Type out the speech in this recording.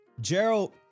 Gerald